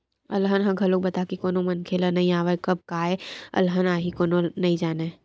अलहन ह घलोक बता के कोनो मनखे ल नइ आवय, कब काय अलहन आही कोनो नइ जानय